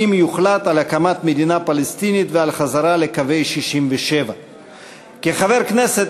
"אם יוחלט על הקמת מדינה פלסטינית ועל חזרה לקווי 67'". כחבר כנסת,